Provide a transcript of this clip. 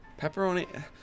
Pepperoni